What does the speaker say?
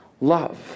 love